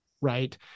right